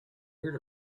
heard